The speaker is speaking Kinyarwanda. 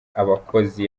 abakozi